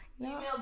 Email